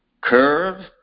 curve